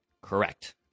Correct